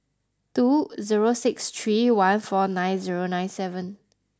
two zero six three one four nine zero nine seven